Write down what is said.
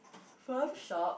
farm shop